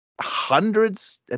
Hundreds